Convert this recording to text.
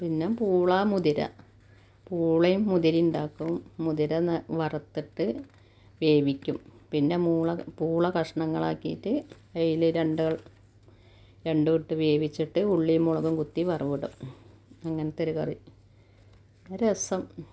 പിന്നെ പൂളാ മുതിര പൂളേം മുതിരേണ്ടാക്കും മുതിര വറത്തിട്ട് വേവിക്കും പിന്നെ മൂള പൂള കഷ്ണങ്ങളാക്കീട്ട് അതിൽ രണ്ട് രണ്ടുവിട്ട് വേവിച്ചിട്ട് ഉള്ളീം മുളകും കുത്തി വറവിടും അങ്ങനത്തൊരു കറി രസം